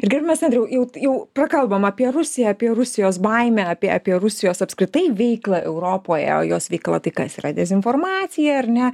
ir gerbiamas andriau jau jau prakalbom apie rusiją apie rusijos baimę apie apie rusijos apskritai veiklą europoje o jos veikla tai kas yra dezinformacija ar ne